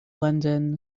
london